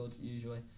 usually